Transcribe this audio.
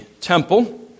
temple